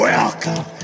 Welcome